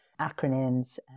Acronyms